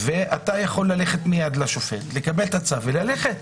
ואתה יכול ללכת מייד לשופט, לקבל את הצו וללכת.